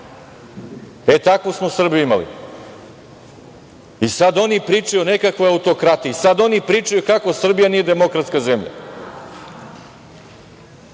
Takvu smo Srbiju imali. Sada oni pričaju o nekakvoj autokratiji. Sada oni pričaju kako Srbija nije demokratska zemlja. Sad